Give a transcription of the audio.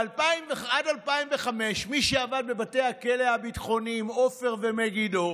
עד 2005 מי שעבדו בבתי הכלא הביטחוניים עופר ומגידו